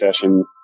session